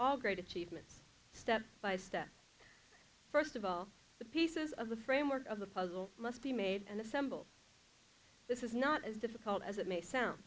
all great achievements step by step first of all the pieces of the framework of the puzzle must be made and assemble this is not as difficult as it may sound